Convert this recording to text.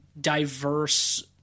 diverse